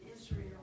Israel